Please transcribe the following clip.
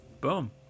boom